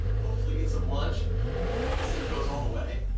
hopefully get some lunch and if this thing goes all the way,